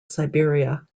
siberia